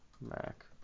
Mac